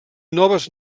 noves